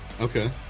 Okay